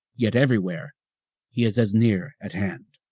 yet everywhere he is as near at hand.